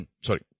sorry